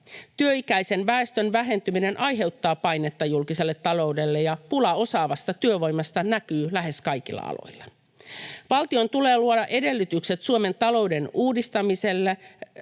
Työikäisen väestön vähentyminen aiheuttaa painetta julkiselle taloudelle, ja pula osaavasta työvoimasta näkyy lähes kaikilla aloilla. Valtion tulee luoda edellytykset Suomen talouden uudistamisella